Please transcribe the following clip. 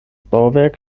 bauwerk